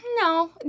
no